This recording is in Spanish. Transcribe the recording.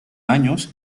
años